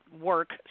work